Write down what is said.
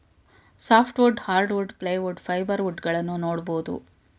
soft wood, hard wood, ply wood, fibre wood ಗಳನ್ನೂ ನೋಡ್ಬೋದು